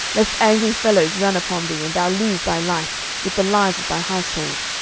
lest angry fellows run upon thee, and thou lose thy life, with the lives of thy household.